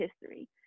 history